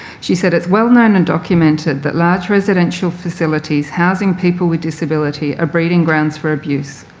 she said it's well known and documented that large residential facilities housing people with disability are breeding grounds for abuse.